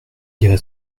dirai